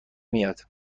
میاد